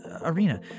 arena